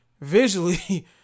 visually